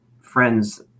friends